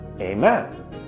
Amen